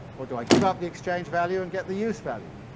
or do i give up the exchange-value and get the use-value?